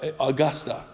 Augusta